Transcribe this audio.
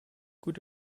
gut